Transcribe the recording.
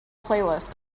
playlist